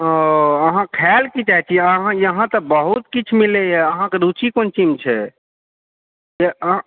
ओऽ अहाॅं खाय लए की चाहे छी यहाँ तऽ बहुत किछु मिलैया अहाँकेॅं रुचि कौन चीजमे छै से आँ